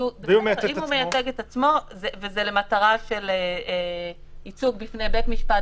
אם הוא מייצג את עצמו וזה ייצוג בפני בית משפט,